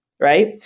right